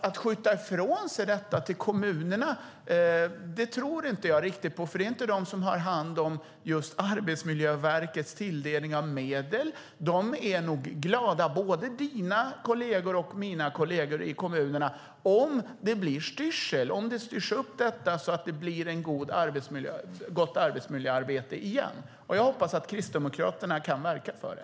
Att skjuta ifrån sig detta till kommunerna tror jag inte på, för det är inte de som har hand om just Arbetsmiljöverkets tilldelning av medel. De är nog glada, både dina och mina kolleger i kommunerna, om det blir styrsel, om det styrs upp så att det blir ett gott arbetsmiljöarbete igen. Jag hoppas att Kristdemokraterna kan verka för det.